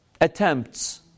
attempts